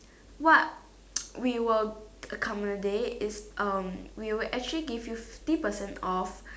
what we will accommodate is um we will actually give you fifty percent off